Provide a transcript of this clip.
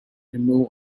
remove